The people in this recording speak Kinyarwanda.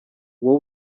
wowe